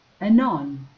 Anon